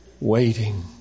waiting